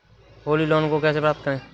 Holi loan को कैसे प्राप्त करें?